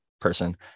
person